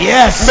Yes